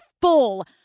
full